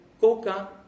coca